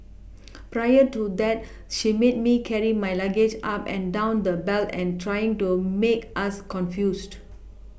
prior to that she made me carry my luggage up and down the belt and trying to make us confused